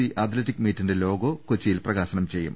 E athletic മീറ്റിന്റെ logo പ്രകാശനം ചെയ്യും